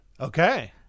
Okay